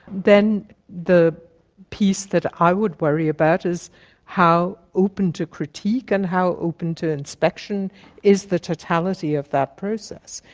then the piece that i would worry about is how open to critique and how open to inspection is the totality of that process.